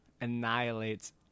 annihilates